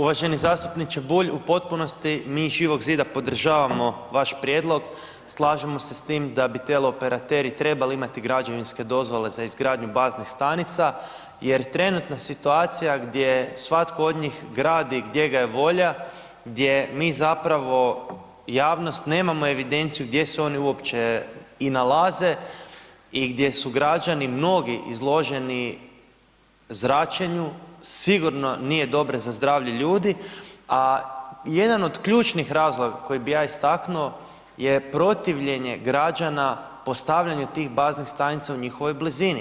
Uvaženi zastupniče Bulj, u potpunosti mi iz Živog zida podržavamo vaš prijedlog, slažemo se s tim da bi teleoperateri trebali imati građevinske dozvole za izgradnju baznih stanica, jer trenutna situacija, gdje svatko od njih gradi, gdje ga je volja, gdje mi zapravo, javnost nemamo evidenciju, gdje se oni uopće nalaze i gdje su građani mnogi, izloženi zračenju, sigurno nije dobra za zdravlje ljudi, a jedan od ključnih razloga koji bi ja istaknuo, je protivljenje građana, postavljanja tih baznih stanica u njihovoj blizini.